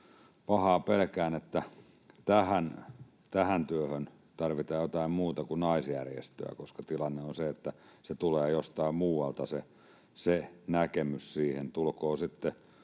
Pahaa pelkään, että tähän työhön tarvitaan jotain muuta kuin naisjärjestöä, koska tilanne on se, että se näkemys siihen tulee jostain muualta — tulkoon sitten